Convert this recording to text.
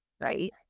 right